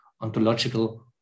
ontological